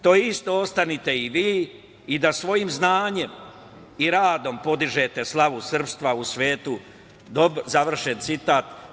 To isto ostanite i vi i da svojim znanjem i radom podižete slavu srpstva u svetu“, završen citat.